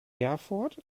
erfurt